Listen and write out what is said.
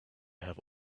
have